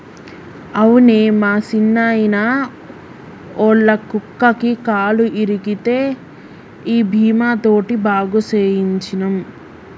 అవునే మా సిన్నాయిన, ఒళ్ళ కుక్కకి కాలు ఇరిగితే ఈ బీమా తోటి బాగు సేయించ్చినం